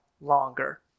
longer